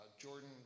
Jordan